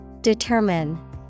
Determine